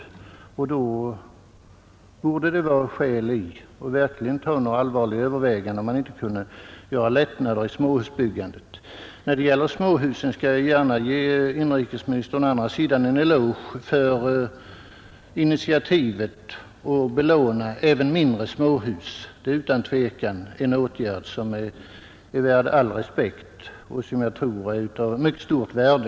Då borde det vara skäl att verkligen ta under allvarligt övervägande, om man inte kunde göra lättnader i småhusbyggandet. När det gäller småhusen skall jag gärna å andra sidan ge inrikesministern en eloge för initiativet att belåna även mindre småhus. Det är utan tvivel en åtgärd som är värd all respekt och som jag tror är av mycket stort värde.